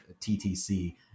ttc